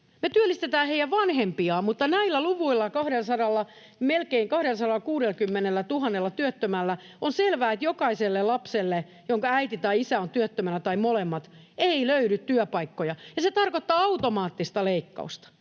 me työllistetään heidän vanhempiaan. Mutta näillä luvuilla, melkein 260 000 työttömällä, on selvää, että jokaiselle lapselle, jonka äiti tai isä on työttömänä tai molemmat, ei löydy työpaikkoja, ja se tarkoittaa automaattista leikkausta.